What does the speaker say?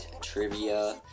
trivia